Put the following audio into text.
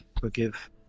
Forgive